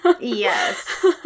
yes